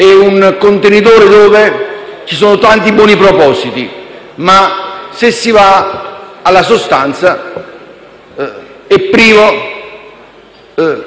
un contenitore di tanti buoni propositi ma, se si va alla sostanza, è privo